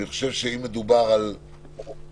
אם מדובר על השעה